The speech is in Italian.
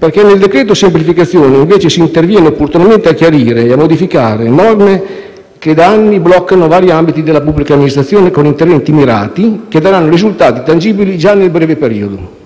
perché nel decreto-legge semplificazione si interviene invece opportunamente a chiarire e a modificare norme che da anni bloccano vari ambiti della pubblica amministrazione, con interventi mirati che daranno risultati tangibili già nel breve periodo.